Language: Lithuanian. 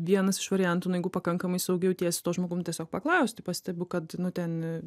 vienas iš variantų nu jeigu pakankamai saugiai jauties su tuo žmogum tiesiog paklausti pastebiu kad nu ten